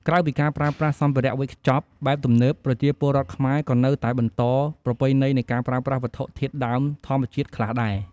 ក្រៅពីការប្រើប្រាស់សម្ភារៈវេចខ្ចប់បែបទំនើប ប្រជាពលរដ្ឋខ្មែរក៏នៅតែបន្តប្រពៃណីនៃការប្រើប្រាស់វត្ថុធាតុដើមធម្មជាតិខ្លះដែរ។